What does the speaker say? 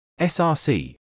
src